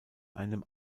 einem